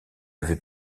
avais